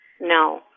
No